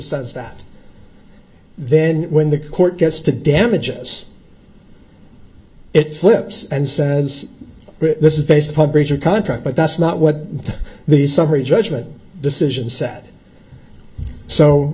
says that then when the court gets to damages it slips and says this is based upon breach of contract but that's not what the summary judgment decision set so